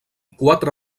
quatre